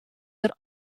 der